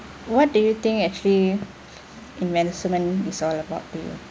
what do you think actually investment is all about